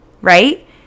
Right